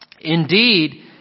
Indeed